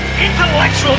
Intellectual